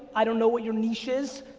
i don't know what your niche is.